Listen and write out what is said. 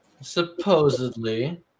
supposedly